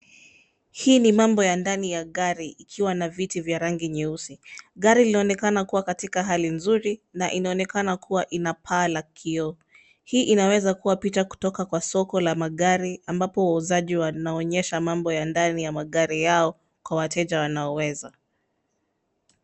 Hii ni mambo ya ndani ya gari ikiwa na viti vya rangi nyeusi. Gari linaonekana kuwa katika hali nzuri na inaonekana kuwa ina paa la kioo. Hii inaweza kuwa picha kutoka kwa soko la magari ambapo wauzaji wanaonyesha mambo ya ndani ya magari yao kwa wateja wanaoweza.